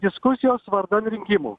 diskusijos vardan rinkimų